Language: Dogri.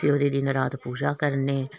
फिर ओह्दी दिन रात पूजा करने